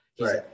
Right